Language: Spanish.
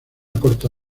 corta